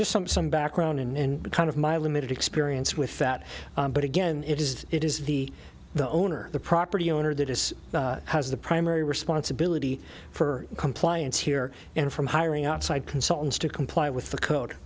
just some some background in kind of my limited experience with that but again it is it is the the owner the property owner that is has the primary responsibility for compliance here and from hiring outside consultants to comply with the code